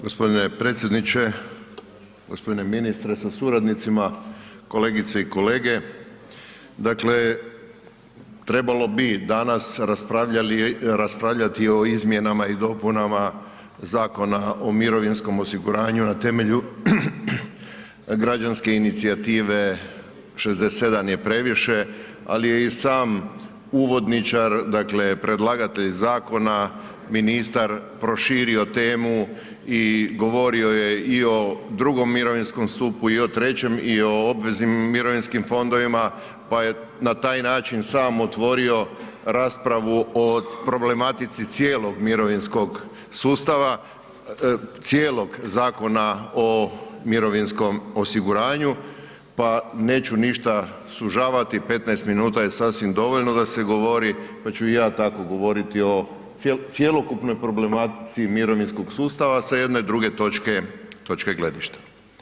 g. Predsjedniče, g. ministre sa suradnicima, kolegice i kolege, dakle trebalo bi danas raspravljati o izmjenama i dopunama Zakona o mirovinskom osiguranju na temelju građanske inicijative 67 je previše, ali je i sam uvodničar, dakle predlagatelj zakona, ministar proširio temu i govorio je i o drugom mirovinskom stupu i o trećem i o obveznim mirovinskim fondovima pa je na taj način samo otvorio raspravu o problematici cijelo mirovinskog sustava, cijelog Zakona o mirovinskom osiguranju pa neću ništa sužavati, 15 minuta je sasvim dovoljno da se govori pa ću i ja tako govoriti o cjelokupnoj problematici mirovinskog sustava sa jedne druge točke gledišta.